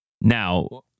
Now